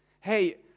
Hey